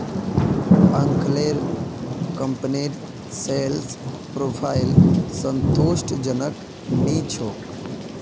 अंकलेर कंपनीर sales profile संतुष्टिजनक नी छोक